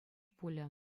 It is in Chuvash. пулӗ